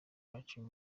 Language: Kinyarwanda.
baciye